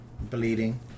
Bleeding